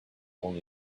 only